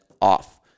off